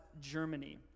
Germany